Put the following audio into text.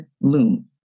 Loom